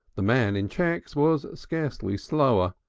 the man in checks was scarcely slower,